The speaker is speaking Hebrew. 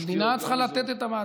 המדינה צריכה לתת את המעטפת.